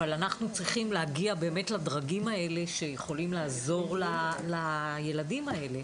אבל אנחנו צריכים להגיע לדרגים האלה שיכולים לעזור לילדים האלה.